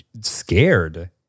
scared